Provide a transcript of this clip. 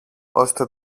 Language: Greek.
ώστε